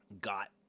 got